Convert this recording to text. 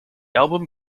album